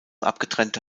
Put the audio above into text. abgetrennte